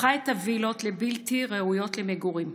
הפכה את הווילות לבלתי ראויות למגורים.